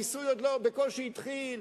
הניסוי בקושי התחיל,